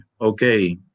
okay